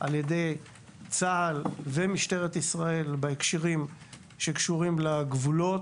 על-ידי צה"ל ומשטרת ישראל בהקשרים שקשורים לגבולות.